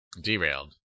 Derailed